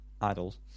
Idols